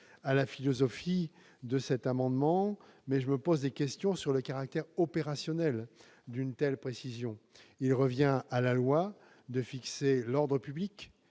à la philosophie de l'amendement n° 23 rectifié, mais je me pose des questions sur le caractère opérationnel d'une telle précision. Il revient à la loi de fixer l'ordre public